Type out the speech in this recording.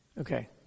Okay